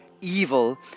Evil